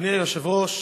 אדוני היושב-ראש,